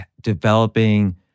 developing